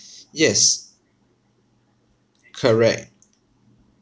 yes correct